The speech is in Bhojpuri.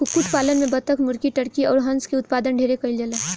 कुक्कुट पालन में बतक, मुर्गी, टर्की अउर हंस के उत्पादन ढेरे कईल जाला